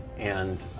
and